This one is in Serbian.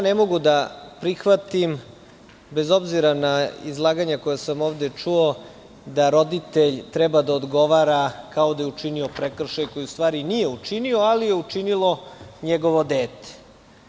Ne mogu da prihvatim, bez obzira na izlaganja koja sam ovde čuo, da roditelj treba da odgovara kao da je učinio prekršaj koji u stvari nije učinio, ali je učinilo njegovo dete.